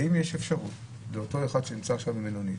האם יש אפשרות לאותו אחד שנמצא עכשיו במלונית,